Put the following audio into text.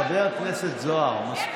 חבר הכנסת זוהר, מספיק.